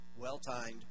well-timed